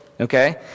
Okay